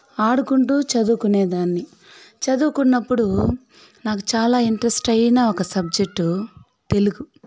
ఆడుకుంటూ చదువుకునేదాన్ని చదువుకున్నప్పుడు నాకు చాలా ఇంటరెస్ట్ అయిన ఒక సబ్జెక్టు తెలుగు